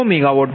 u P3400 MW4